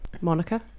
Monica